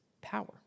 power